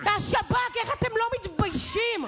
איך אתם לא מתביישים?